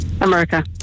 America